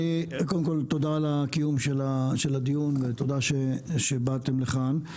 קודם כל תודה על הקיום של הדיון ותודה שבאתם לכאן.